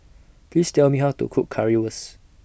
Please Tell Me How to Cook Currywurst